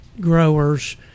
growers